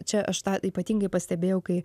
čia aš tą ypatingai pastebėjau kai